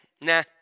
nah